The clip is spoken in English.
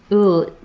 ooh,